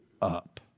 Up